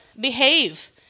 behave